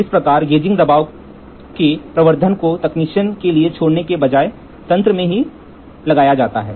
इस प्रकार गेजिंग दबाव के प्रवर्धन को तकनीशियन के लिए छोड़ने के बजाय तंत्र में बनाया गया है